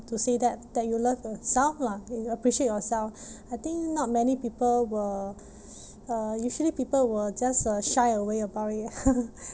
to say that that you love yourself lah you appreciate yourself I think not many people will uh usually people will just uh shy away about it